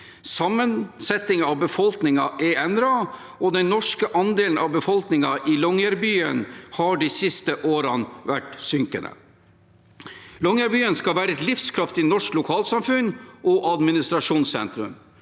Sammensetningen av befolkningen er endret, og den norske andelen av befolkningen i Longyearbyen har de siste årene vært synkende. Longyearbyen skal være et livskraftig norsk lokalsamfunn og administrasjonssentrum.